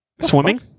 swimming